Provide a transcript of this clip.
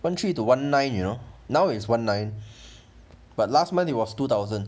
one three to one nine you know now is one nine but last month it was two thousand